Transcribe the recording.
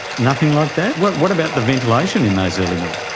nothing like that? what what about the ventilation in those early mines?